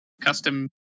custom